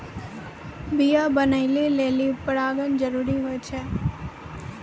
बीया बनै लेलि परागण जरूरी होय छै